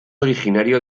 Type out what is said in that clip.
originario